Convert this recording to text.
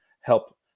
help